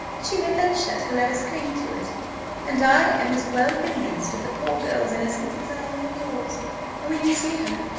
that she may venture to let us cling to it and i am as well convinced of the poor girl's innocence as i am of yours and when you see her,